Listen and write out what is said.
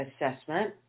assessment